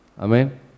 Amen